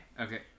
Okay